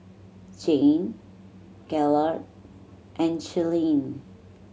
Jayne Gaylord and Shirleen